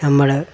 നമ്മൾ